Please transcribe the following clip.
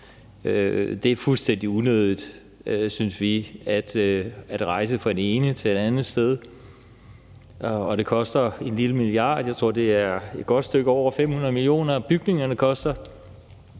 Det er fuldstændig unødigt, synes vi, at rejse fra det ene til det andet sted, og det koster en lille milliard – jeg tror, det er et godt stykke over 500 mio. kr., bygningerne koster